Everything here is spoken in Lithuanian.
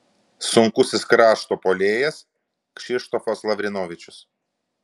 sunkusis krašto puolėjas kšištofas lavrinovičius